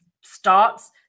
starts